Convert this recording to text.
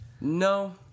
No